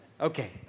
Okay